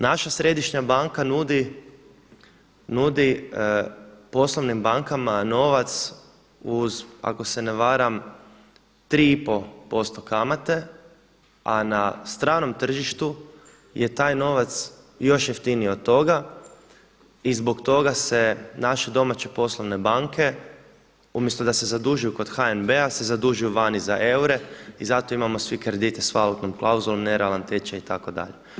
Naša Središnja banka nudi poslovnim bankama novac uz ako se ne varam tri i pol posto kamate, a na stranom tržištu je taj novac još jeftiniji od toga i zbog toga se naše domaće poslovne banke umjesto da se zadužuju kod HNB-a se zadužuju vani za eure i zato imamo svi kredite sa valutnom klauzulom, nerealan tečaj itd.